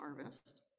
harvest